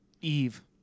Eve